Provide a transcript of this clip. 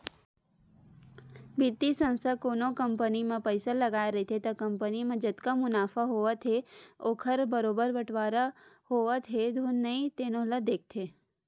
बित्तीय संस्था कोनो कंपनी म पइसा लगाए रहिथे त कंपनी म जतका मुनाफा होवत हे ओखर बरोबर बटवारा होवत हे धुन नइ तेनो ल देखथे